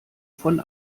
von